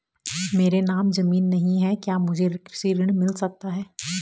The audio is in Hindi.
मेरे नाम ज़मीन नहीं है क्या मुझे कृषि ऋण मिल सकता है?